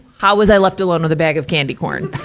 how was i left alone with a bag of candy corn?